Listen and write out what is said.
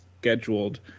scheduled